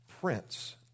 prince